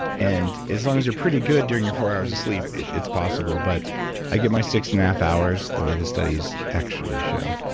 and as long as you're pretty good during your four hours of sleep, it's possible. but i get my six and a half hours the way the studies actually show,